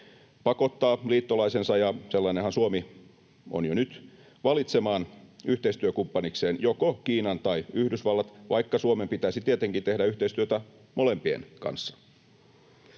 pakottaa liittolaisensa — ja sellainenhan Suomi on jo nyt — valitsemaan yhteistyökumppanikseen joko Kiinan tai Yhdysvallat, vaikka Suomen pitäisi tietenkin tehdä yhteistyötä molempien kanssa.